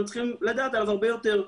הם צריכים לדעת עליו הרבה יותר.